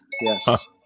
Yes